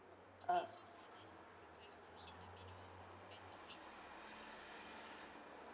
uh